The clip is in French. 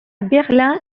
berlin